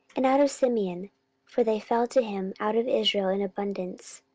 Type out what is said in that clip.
and out of simeon for they fell to him out of israel in abundance,